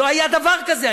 לא היה דבר כזה.